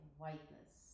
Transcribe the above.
whiteness